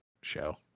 show